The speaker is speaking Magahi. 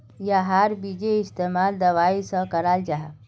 याहार बिजेर इस्तेमाल दवाईर सा कराल जाहा